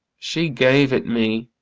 she gave it me,